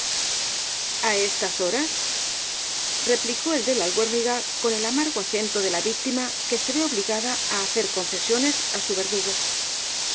a estas horas replicó el de la albuérniga con el amargo acento de la víctima que se ve obligada á hacer concesiones á su verdugo